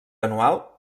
anual